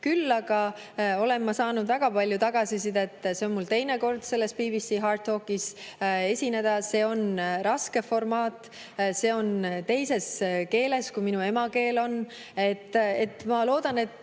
Küll aga olen ma saanud väga palju tagasisidet. See oli mul teine kord BBC "HARDtalkis" esineda. See on raske formaat. See on teises keeles, kui minu emakeel on. Ma loodan, et